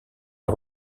est